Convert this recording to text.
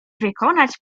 wykonać